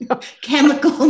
chemical